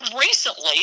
recently